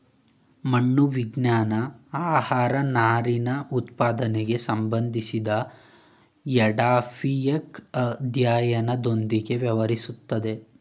ಮಣ್ಣು ವಿಜ್ಞಾನ ಆಹಾರನಾರಿನಉತ್ಪಾದನೆಗೆ ಸಂಬಂಧಿಸಿದಎಡಾಫಿಕ್ಅಧ್ಯಯನದೊಂದಿಗೆ ವ್ಯವಹರಿಸ್ತದೆ